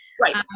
Right